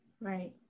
Right